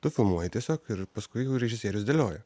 tu filmuoji tiesiog ir paskui jau režisierius dėlioja